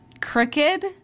crooked